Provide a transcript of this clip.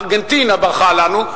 ארגנטינה ברחה לנו,